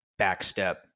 backstep